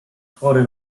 chory